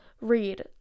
read